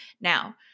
Now